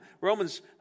Romans